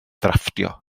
drafftio